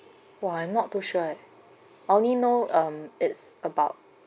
!wah! I'm not too sure eh I only know um it's about